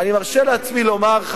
אני מרשה לעצמי לומר,